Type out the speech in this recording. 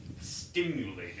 stimulating